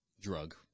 drug